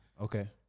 Okay